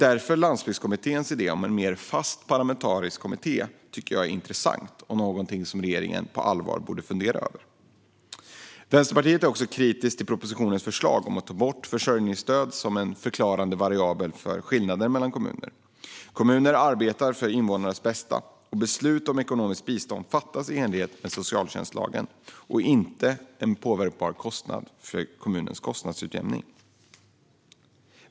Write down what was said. Därför är Landsbygdskommitténs idé om en mer fast parlamentarisk kommitté intressant och något som regeringen på allvar borde fundera över. Vänsterpartiet är också kritiskt till propositionens förslag om att ta bort försörjningsstöd som en variabel för att förklara skillnader mellan kommuner. Kommuner arbetar för invånarnas bästa, och beslut om ekonomiskt bistånd fattas i enlighet med socialtjänstlagen. Det rör sig inte om en påverkbar kostnad för kommunens kostnadsutjämning.